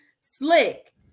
slick